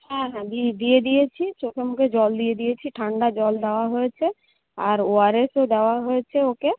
হ্যাঁ হ্যাঁ দিয়ে দিয়েছি চোখে মুখে জল দিয়ে দিয়েছি ঠান্ডা জল দেওয়া হয়েছে আর ও আর এসও দেওয়া হয়েছে ওকে